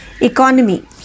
economy